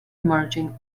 merging